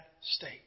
state